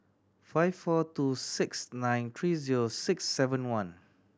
five four two six nine three zero six seven one